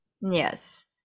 Yes